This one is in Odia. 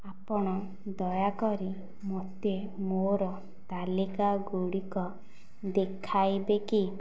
ଆପଣ ଦୟାକରି ମୋତେ ମୋ'ର ତାଲିକାଗୁଡ଼ିକ ଦେଖାଇବେ କି